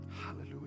Hallelujah